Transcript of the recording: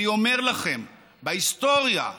אני אומר לכם, בהיסטוריה,